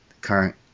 current